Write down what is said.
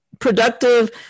productive